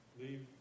leave